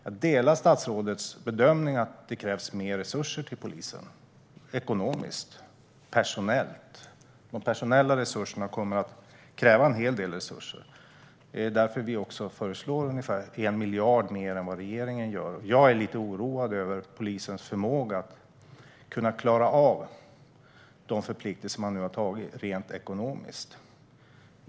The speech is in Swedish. Jag delar statsrådets bedömning - det krävs mer resurser till polisen, både ekonomiskt och personellt. Det kommer att krävas en hel del personella resurser. Det är därför vi föreslår ungefär 1 miljard mer än vad regeringen gör. Jag är lite oroad över polisens förmåga att rent ekonomiskt klara av de förpliktelser som man nu har åtagit sig.